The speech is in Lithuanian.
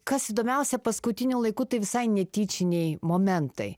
kas įdomiausia paskutiniu laiku tai visai netyčiniai momentai